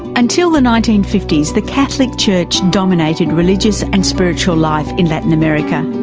until the nineteen fifty s the catholic church dominated religious and spiritual life in latin america.